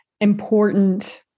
important